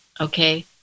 Okay